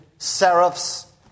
Seraphs